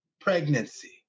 pregnancy